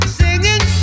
singing